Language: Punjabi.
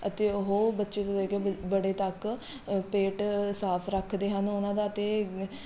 ਅਤੇ ਉਹ ਬੱਚੇ ਤੋਂ ਲੈ ਕੇ ਬ ਬੜੇ ਤੱਕ ਪੇਟ ਸਾਫ ਰੱਖਦੇ ਹਨ ਉਹਨਾਂ ਦਾ ਅਤੇ